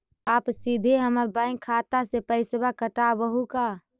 आप सीधे हमर बैंक खाता से पैसवा काटवहु का?